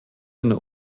eine